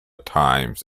times